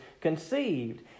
conceived